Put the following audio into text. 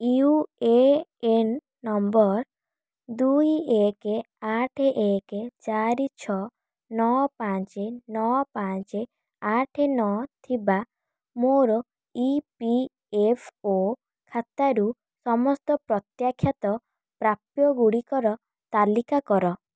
you A N number ଦୁଇ ଏକ ଆଠ ଏକ ଚାରି ଛଅ ନଅ ପାଞ୍ଚ ନଅ ପାଞ୍ଚ ଆଠ ନଅ ଥିବା ମୋର ଇ ପି ଏଫ୍ ଓ ଖାତାରୁ ସମସ୍ତ ପ୍ରତ୍ୟାଖ୍ୟାତ ପ୍ରାପ୍ୟ ଗୁଡ଼ିକର ତାଲିକା କର